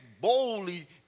boldly